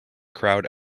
crowd